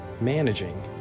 managing